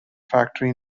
factory